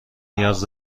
نیاز